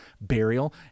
burial